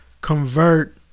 convert